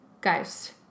Guys